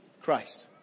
Christ